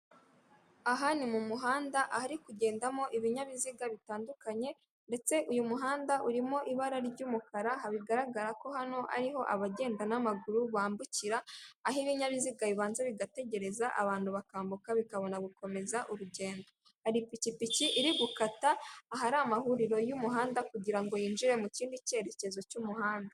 Aha ni mu muhanda ahari kugendamo ibinyabiziga bitandukanye ndetse uyu muhanda urimo ibara ry'umukara bigaragara ko hano ari abagenda n'amaguru bambukira aho ibinyabiziga bibanza bigategereza abantu bakambuka bikabona gukomeza urugendo hari ipikipiki iri gukata ahari amahuriro y'umuhanda kugirango ngo yinjire mu kindi cyerekezo cy'umuhanda.